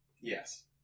Yes